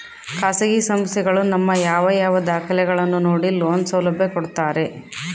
ಖಾಸಗಿ ಸಂಸ್ಥೆಗಳು ನಮ್ಮ ಯಾವ ಯಾವ ದಾಖಲೆಗಳನ್ನು ನೋಡಿ ಲೋನ್ ಸೌಲಭ್ಯ ಕೊಡ್ತಾರೆ?